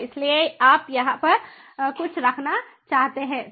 इसलिए आप यहाँ पर कुछ रखना चाहते हैं